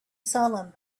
salem